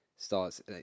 starts